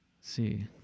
see